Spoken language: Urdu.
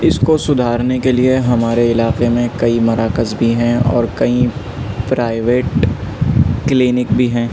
اس کو سدھارنے کے لیے ہمارے علاقے میں کئی مراکز بھی ہیں اور کئی پرائویٹ کلینک بھی ہیں